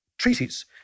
treaties